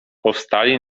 powstali